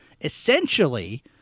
essentially